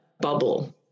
bubble